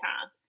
time